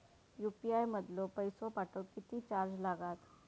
UPI मधलो पैसो पाठवुक किती चार्ज लागात?